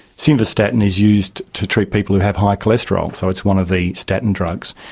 simvastatin is used to treat people who have high cholesterol, so it's one of the statin drugs.